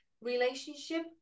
relationship